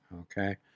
okay